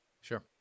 Sure